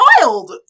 wild